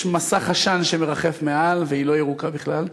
מסך עשן שמרחף מעל והיא לא ירוקה בכלל,